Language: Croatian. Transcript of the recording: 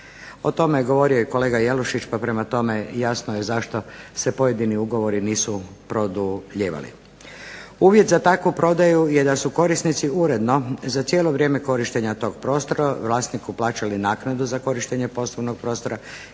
O tome je govorio i kolega Jelušić pa prema tome jasno je zašto se pojedini ugovori nisu produljivali. Uvjet za takvu prodaju je da su korisnici uredno za cijelo vrijeme korištenja tog prostora vlasniku plaćali naknadu za korištenje poslovnog prostora